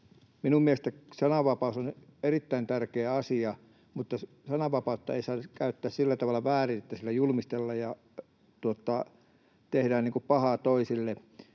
Minun mielestäni sananvapaus on erittäin tärkeä asia, mutta sananvapautta ei saisi käyttää sillä tavalla väärin, että sillä julmistellaan ja tehdään pahaa toisille.